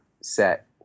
set